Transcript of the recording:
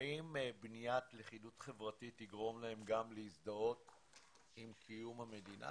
האם בניית לכידות חברתית תגרום להם גם להזדהות עם קיום המדינה?